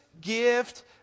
gift